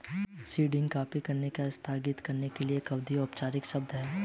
seeding copy करने या स्थानांतरित करने के लिए एक अधिक औपचारिक शब्द है